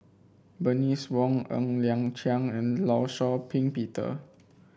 Bernice Wong Ng Liang Chiang and Law Shau Ping Peter